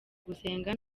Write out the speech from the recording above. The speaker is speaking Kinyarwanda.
gusenga